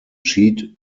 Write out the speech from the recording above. cheat